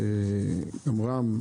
רם,